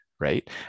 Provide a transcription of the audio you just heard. right